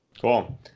Cool